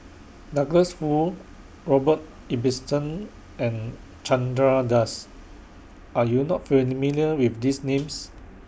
Douglas Foo Robert Ibbetson and Chandra Das Are YOU not with These Names